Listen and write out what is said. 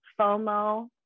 FOMO